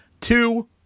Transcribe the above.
two